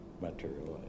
materialized